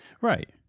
right